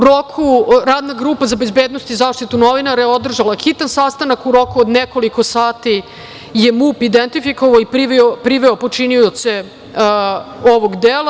Radna grupa za bezbednost i zaštitu novinara je održala hitan sastanak, u roku od nekoliko sati je MUP identifikovao i priveo počinioce ovog dela.